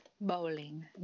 Bowling